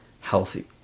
healthy